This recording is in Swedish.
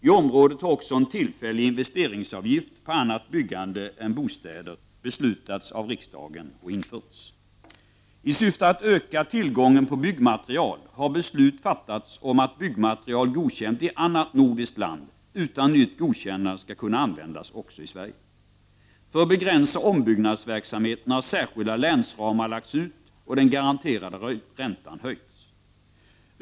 I området har också en tillfällig investeringsavgift på annat byggande än bostäder beslutats av riksdagen och införts. I syfte att öka tillgången på byggmaterial har beslut fattats om att byggmaterial godkänt i annat nordiskt land utan nytt godkännande skall kunna användas också i Sverige. För att begränsa ombyggnadsverksamheten har särskilda länsramar lagts ut och den garanterade räntan höjts.